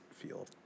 feel